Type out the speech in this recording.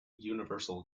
universal